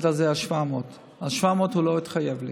על זה שיהיה 700. על 700 הוא לא התחייב לי.